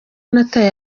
nataye